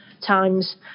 times